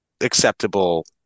acceptable